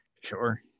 Sure